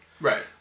Right